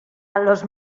los